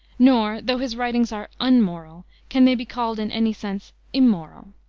nor, though his writings are un moral, can they be called in any sense im moral.